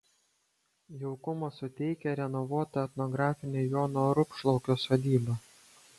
jaukumo suteikia renovuota etnografinė jono rupšlaukio sodyba